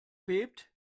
bebt